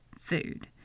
food